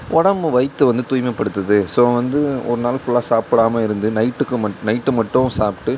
உடம்பு வயிற்றை வந்து தூய்மைப்படுத்துது ஸோ வந்து ஒரு நாள் ஃபுல்லாக சாப்பிடாம இருந்து நைட்டுக்கு மட் நைட்டு மட்டும் சாப்பிட்டு